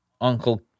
uncle